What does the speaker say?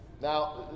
Now